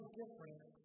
different